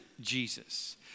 Jesus